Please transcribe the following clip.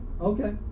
Okay